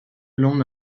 l’on